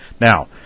Now